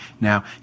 now